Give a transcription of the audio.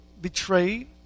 betrayed